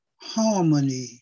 harmony